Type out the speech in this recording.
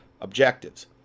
objectives